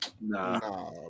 Nah